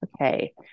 Okay